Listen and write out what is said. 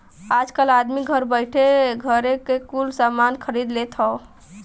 आजकल आदमी घर बइठे घरे क कुल सामान खरीद लेत हौ